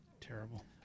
Terrible